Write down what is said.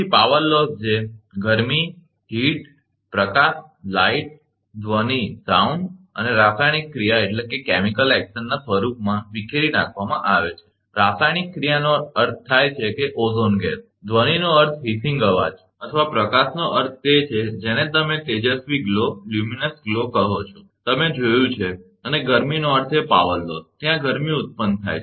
તેથી power loss જે ગરમી પ્રકાશ ધ્વનિ અને રાસાયણિક ક્રિયાના સ્વરૂપમાં વિખેરી નાખવામાં આવે છે રાસાયણિક ક્રિયાનો અર્થ થાય છે ઓઝોન ગેસ ધ્વનિનો અર્થ હિસીંગ અવાજ અથવા પ્રકાશનો અર્થ તે છે જેને તમે તેજસ્વી ગ્લો કહો છો તમે જોયું છે અને ગરમીનો અર્થ એ પાવર લોસ ત્યાં ગરમી ઉત્પન્ન થાય છે